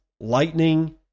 lightning